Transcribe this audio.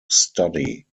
study